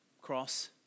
cross